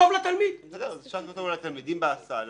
אפשר אולי: לתלמידים בהסעה.